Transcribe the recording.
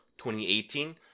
2018